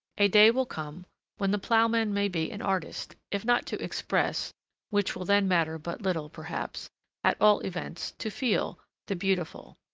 a day will come when the ploughman may be an artist, if not to express which will then matter but little, perhaps at all events, to feel, the beautiful.